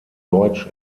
deutsch